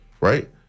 right